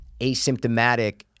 Asymptomatic